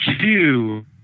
two